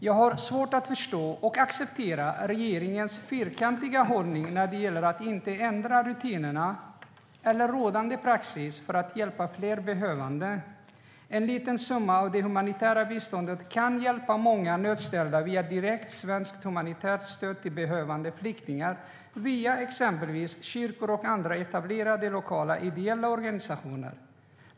Jag har svårt att förstå och acceptera regeringens fyrkantiga hållning när det gäller att inte ändra rutinerna eller rådande praxis för att hjälpa fler behövande. En liten summa av det humanitära biståndet kan hjälpa många nödställda via direkt svenskt humanitärt stöd till behövande flyktingar via exempelvis kyrkor och andra etablerade lokala ideella organisationer.